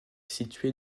située